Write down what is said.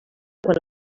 quan